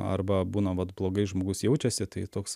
arba būna vat blogai žmogus jaučiasi tai toks